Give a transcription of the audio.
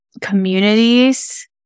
communities